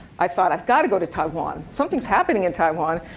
i thought, i've got to go to taiwan, something's happening in taiwan.